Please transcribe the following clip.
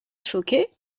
choqué